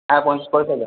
হ্যাঁ পঞ্চাশ পয়সা